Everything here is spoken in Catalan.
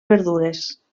verdures